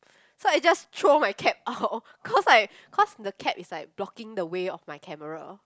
so I just throw my cap out cause like cause the cap is like blocking the way of my camera